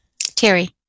terry